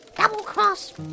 Double-cross